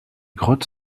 grottes